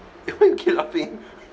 eh why you keep laughing